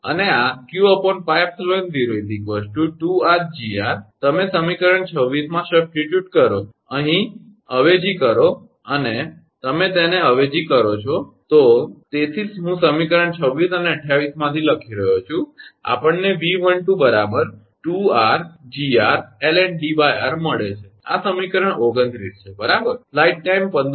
અને આ 𝑞𝜋𝜖𝑜 2𝑟𝐺𝑟 તમે સમીકરણ 26 માં અવેજી કરો અહીં અવેજી કરો જો તમે તેને અવેજી કરો છો તો તેથી જ હું સમીકરણ 26 અને 28 માંથી લખી રહયો છું આપણને 𝑉12 2𝑟𝐺𝑟ln𝐷𝑟 મળે છે આ સમીકરણ 29 છે બરાબર